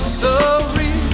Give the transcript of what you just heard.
sorry